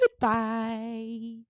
Goodbye